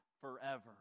forever